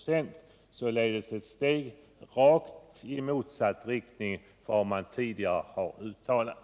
Det är således ett steg i rakt motsatt riktning mot vad man tidigare har uttalat.